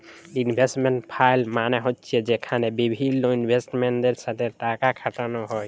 investment fund মালে হছে যেখালে বিভিল্ল ইলভেস্টরদের সাথে টাকা খাটালো হ্যয়